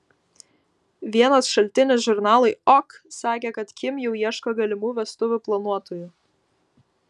vienas šaltinis žurnalui ok sakė kad kim jau ieško galimų vestuvių planuotojų